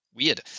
weird